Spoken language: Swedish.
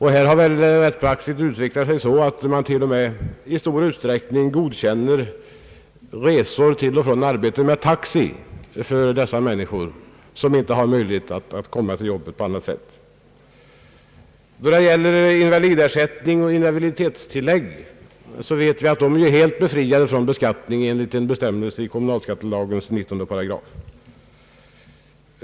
Här har rättspraxis utvecklats så att man t.o.m. i stor utsträckning godkänner resor till och från arbetet med taxi för människor som inte har möjlighet att komma till jobbet på annat sätt. Invalidersättning och invaliditetstillägg är helt befriade från beskattning enligt en bestämmelse i kommunalskattelagens 19 8.